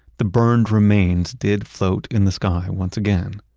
the burned remains did float in the sky once again,